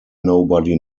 nobody